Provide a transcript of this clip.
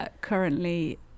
currently